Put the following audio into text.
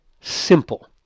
simple